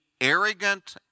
arrogant